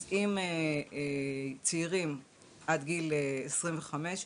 אז אם צעירים עד גיל 25,